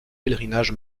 pèlerinage